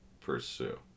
pursue